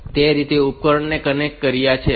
તેથી તે રીતે મેં ઉપકરણને કનેક્ટ કર્યા છે